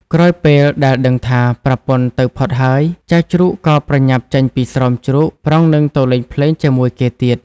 ក្រោយពេលដែលដឹងថា ប្រពន្ធទៅផុតហើយ ចៅជ្រូកក៏ប្រញាប់ចេញពីស្រោមជ្រូកប្រុងនឹងទៅលេងភ្លេងជាមួយគេទៀត។